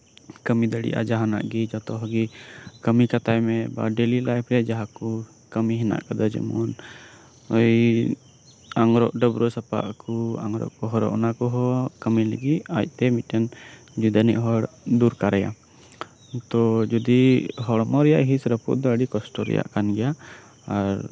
ᱠᱟᱹᱢᱤ ᱫᱟᱲᱮᱭᱟᱜᱼᱟ ᱡᱟᱦᱟᱸᱱᱟᱜ ᱜᱮ ᱡᱚᱛᱚ ᱜᱮ ᱠᱟᱹᱢᱤ ᱠᱟᱛᱟᱭ ᱢᱮ ᱰᱮᱞᱤ ᱞᱟᱭᱤᱯᱷ ᱨᱮ ᱡᱟᱦᱟᱸ ᱠᱚ ᱠᱟᱹᱢᱤ ᱦᱮᱱᱟᱜ ᱠᱟᱫᱟ ᱡᱮᱢᱚᱱ ᱰᱟᱹᱵᱨᱟ ᱥᱟᱯᱷᱟᱜ ᱟᱠᱚ ᱟᱝᱨᱚᱵ ᱦᱚᱨᱚᱜ ᱚᱱᱟ ᱠᱚ ᱞᱟᱹᱜᱚᱫ ᱦᱚᱸ ᱟᱡᱛᱮ ᱢᱤᱫᱴᱮᱱ ᱡᱩᱫᱟᱹᱱᱤᱡ ᱦᱚᱲ ᱫᱚᱨᱠᱟᱨᱟᱭᱟ ᱛᱚ ᱡᱩᱫᱤ ᱦᱚᱲᱢᱚ ᱨᱮᱭᱟᱜ ᱦᱤᱸᱥ ᱨᱟᱹᱯᱩᱫ ᱫᱚ ᱟᱹᱰᱤ ᱠᱚᱥᱴᱚ ᱨᱮᱭᱟᱜ ᱠᱟᱱ ᱜᱮᱭᱟ